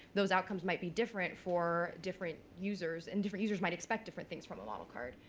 those outcomes might be different for different users and different users might expect different things from the model card.